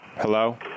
Hello